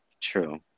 True